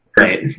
Right